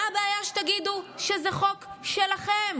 מה הבעיה שתגידו שזה חוק שלכם,